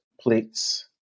plates